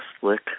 slick